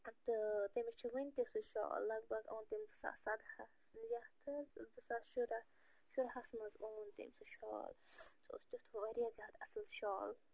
تہٕ تٔمِس چھُ وٕنہِ تہِ سُہ شال لگ بگ اوٚن تٔمۍ سُہ زٕ ساس سدہس یَتھ حظ زٕ ساس شُرہس منٛز اوٚن تٔمۍ سُہ شال سُہ اوس تیُتھ وارِیاہ زیادٕ اصٕل شال